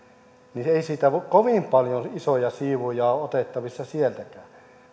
niin ei siitä kovin paljon isoja siivuja ole otettavissa sieltäkään